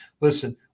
listen